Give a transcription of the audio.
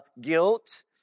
guilt